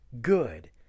good